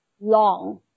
long